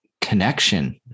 connection